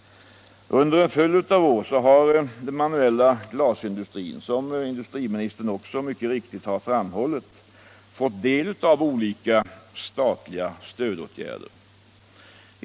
Under en följd av år har branschen, som industriministern också mycket riktigt 201 framhållit, fått del av olika statliga stödåtgärder.